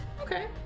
Okay